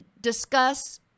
discuss